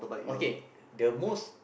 okay the most